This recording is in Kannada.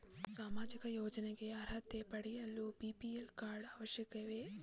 ಸಾಮಾಜಿಕ ಯೋಜನೆಗೆ ಅರ್ಹತೆ ಪಡೆಯಲು ಬಿ.ಪಿ.ಎಲ್ ಕಾರ್ಡ್ ಅವಶ್ಯಕವೇ?